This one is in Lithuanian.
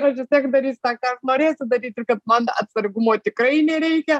žodžiu vis tiek darysiu tą ką aš norėsiu daryt ir kad man atsargumo tikrai nereikia